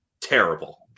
terrible